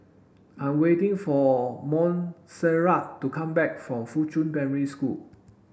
I'm waiting for Montserrat to come back from Fuchun Primary School